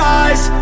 eyes